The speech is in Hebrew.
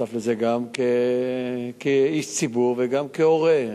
נחשף לזה גם כאיש ציבור וגם כהורה.